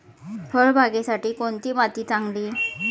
फळबागेसाठी कोणती माती चांगली?